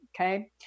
okay